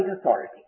authority